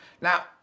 Now